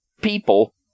people